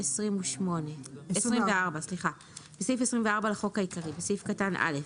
סעיף 2418.בסעיף 24 לחוק העיקרי בסעיף קטן (א)